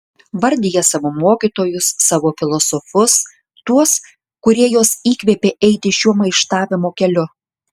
vardija savo mokytojus savo filosofus tuos kurie juos įkvėpė eiti šiuo maištavimo keliu